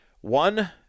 One